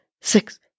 six